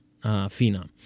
phenom